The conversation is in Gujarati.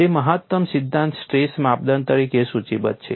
તે મહત્તમ સિદ્ધાંત સ્ટ્રેસ માપદંડ તરીકે સૂચિબદ્ધ છે